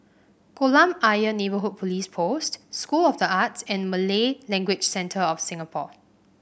Kolam Ayer Neighbourhood Police Post School of the Arts and Malay Language Centre of Singapore